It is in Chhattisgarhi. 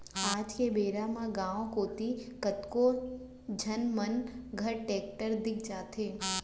आज के बेरा म गॉंव कोती कतको झन मन घर टेक्टर दिख जाथे